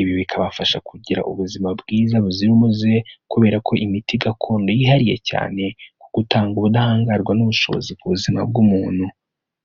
Ibi bikabafasha kugira ubuzima bwiza buzira umuze, kubera ko imiti gakondo yihariye cyane, ku gutanga ubudahangarwa n'ubushobozi ku buzima bw'umuntu.